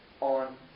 on